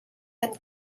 kan